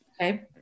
Okay